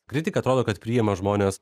kritikai atrodo kad priima žmones